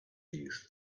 youth